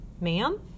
Ma'am